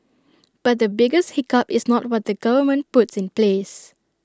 but the biggest hiccup is not what the government puts in place